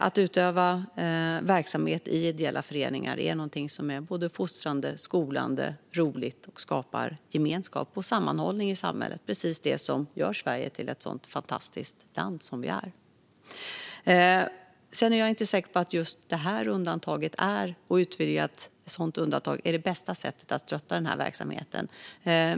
Att utöva verksamhet i ideella föreningar är någonting som är fostrande, skolande och roligt och skapar gemenskap och sammanhållning i samhället, precis det som gör Sverige till ett så fantastiskt land som det är. Sedan är jag inte säker på att just ett utvidgat undantag är det bästa sättet att stötta den här verksamheten.